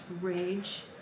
rage